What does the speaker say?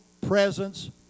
presence